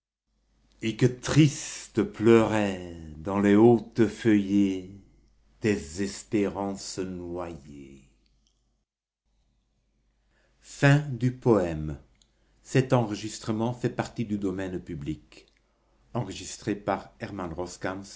et que tristes pleuraient dans les hautes feuillées tes espérances noyées